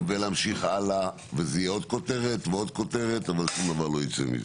ולהמשיך הלאה וזו תהיה עוד כותרת ושום דבר לא יצא מזה.